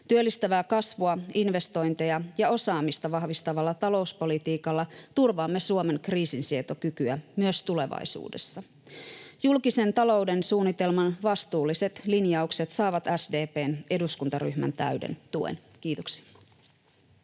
Työllistävää kasvua, investointeja ja osaamista vahvistavalla talouspolitiikalla turvaamme Suomen kriisinsietokykyä myös tulevaisuudessa. Julkisen talouden suunnitelman vastuulliset linjaukset saavat SDP:n eduskuntaryhmän täyden tuen. — Kiitoksia.